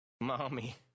mommy